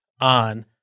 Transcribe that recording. on